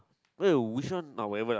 !aiyo! which one nah whatever lah